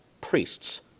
priests